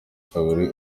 kabiri